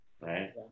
right